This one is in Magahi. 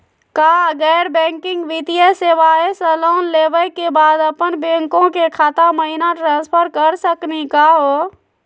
का गैर बैंकिंग वित्तीय सेवाएं स लोन लेवै के बाद अपन बैंको के खाता महिना ट्रांसफर कर सकनी का हो?